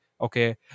okay